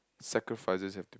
sacrifices you have to